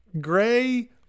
gray